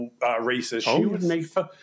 racist